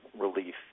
relief